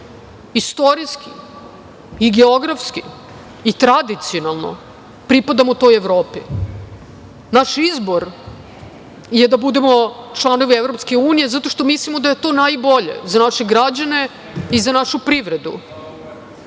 istorijski i geografski i tradicionalno pripadamo toj Evropi. Naš izbor je da budemo članovi EU zato što mislimo da je to najbolje za naše građane i za našu privredu.